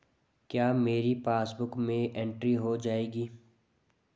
क्या मेरी पासबुक में एंट्री हो जाएगी?